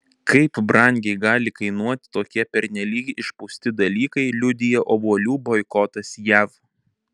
kaip brangiai gali kainuoti tokie pernelyg išpūsti dalykai liudija obuolių boikotas jav